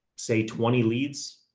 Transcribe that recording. say twenty leads,